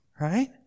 right